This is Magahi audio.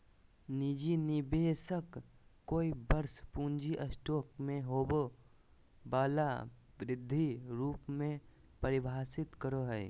निजी निवेशक कोय वर्ष पूँजी स्टॉक में होबो वला वृद्धि रूप में परिभाषित करो हइ